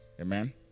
Amen